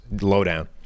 lowdown